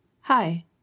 Hi